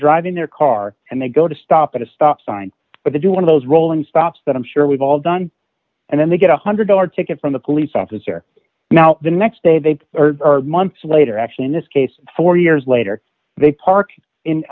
driving their car and they go to stop at a stop sign but they do one of those rolling stops that i'm sure we've all done and then they get a one hundred dollars ticket from the police officer now the next day they are months later actually in this case four years later they park in